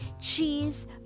cheese